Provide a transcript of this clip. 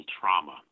trauma